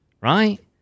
right